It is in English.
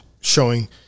showing